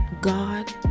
God